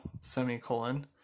semicolon